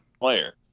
player